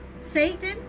Satan